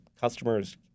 customers